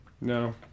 No